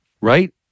Right